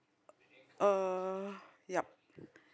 uh yup